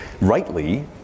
rightly